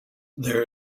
there